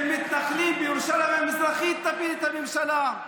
מתנחלים בירושלים המזרחית תפיל את הממשלה.